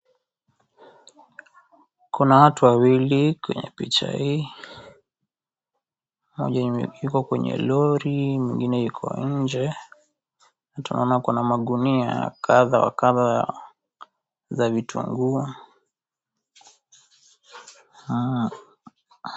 Kuna watu wawili kwenye picha hii, mmoja yuko kwenye lori mwingine yuko nje. Na tunaona ako na gunia kadha wa kadha za vitunguu.